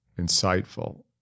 insightful